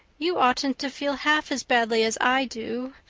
you oughtn't to feel half as badly as i do,